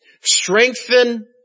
Strengthen